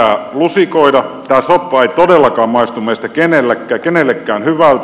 tämä soppa ei todellakaan maistu meistä kenellekään hyvältä